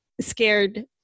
scared